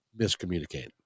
miscommunicate